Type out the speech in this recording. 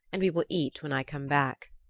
and we will eat when i come back.